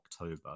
October